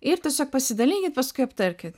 ir tiesiog pasidalinkit paskui aptarkit